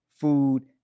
food